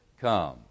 come